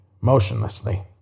motionlessly